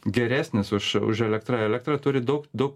geresnis už už elektrą elektra turi daug daug